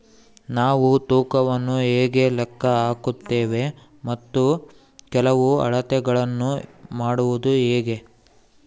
ನಾವು ತೂಕವನ್ನು ಹೇಗೆ ಲೆಕ್ಕ ಹಾಕುತ್ತೇವೆ ಮತ್ತು ಕೆಲವು ಅಳತೆಗಳನ್ನು ಮಾಡುವುದು ಹೇಗೆ?